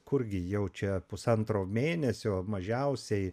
kurgi jau čia pusantro mėnesio mažiausiai